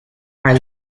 are